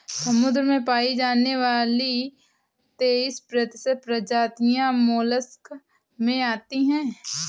समुद्र में पाई जाने वाली तेइस प्रतिशत प्रजातियां मोलस्क में आती है